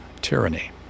tyranny